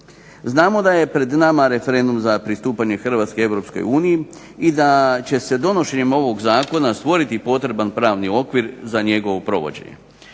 Znamo da je pred nama referendum za pristupanje Hrvatske Europskoj uniji i da će se donošenjem ovog Zakona stvoriti potreban pravni okvir za njegovo provođenje.